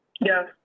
Yes